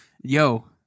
Yo